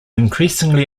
increasingly